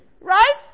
right